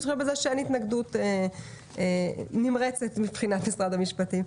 בהתחשב בזה שאין התנגדות נמרצת מבחינת משרד המשפטים.